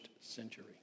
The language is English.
century